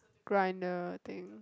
grinder thing